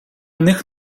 них